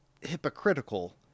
hypocritical